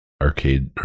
arcade